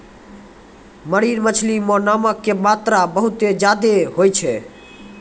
marine मछली मॅ नमक के मात्रा बहुत ज्यादे होय छै